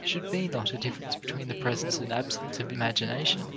should be not a difference between the presence and absence of imagination,